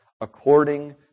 according